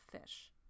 fish